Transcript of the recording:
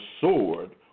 sword